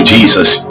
Jesus